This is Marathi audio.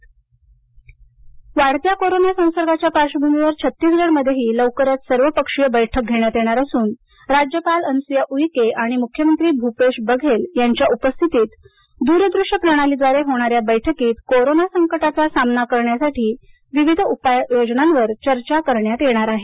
छत्तीसगड वाढत्या कोरोना संसर्गाच्या पार्श्वभूमीवर छत्तीसगडमध्ये लवकरच सर्वपक्षीय बैठक घेण्यात येणार असून राज्यपाल अनुसूया ऊईक आणि मुख्यमंत्री भूपेश बघेल यांच्या उपस्थितीत दुरदृष्य प्रणालीद्वारे होणाऱ्या या बैठकीत कोरोना संकटाचा सामना करण्यासाठी विविध उपाययोजनांवर चर्चा करण्यात येईल